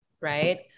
right